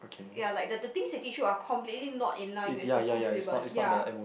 ya like the the things that they teach you are completely not in line with the school syllabus ya